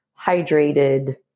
hydrated